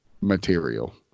material